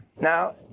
Now